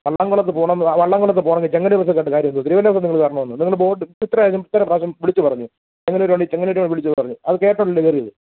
വള്ളംകുളത്ത് പോണം എന്ന് വള്ളംകുളത്ത് പോണെങ്കിൽ ചെങ്ങന്നൂർ ബസ്സ് കയറിയിട്ട് കാര്യമെന്ത് തിരുവല്ല ബസ്സി നിങ്ങൾ കയറണമായിരുന്നു നിങ്ങൾ ബോർഡ് ഇപ്രാവശ്യം ഇത്രേ പ്രാവശ്യം വിളിച്ച് പറഞ്ഞു ചെങ്ങന്നൂർ വണ്ടി ചെങ്ങന്നൂർ വിളിച്ച് പറഞ്ഞു അത് കേട്ടല്ലേ കയറിയത്